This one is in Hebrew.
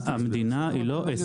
המדינה היא לא עסק,